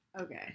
Okay